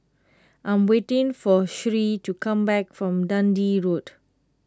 I am waiting for Sherree to come back from Dundee Road